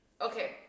Okay